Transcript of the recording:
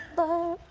the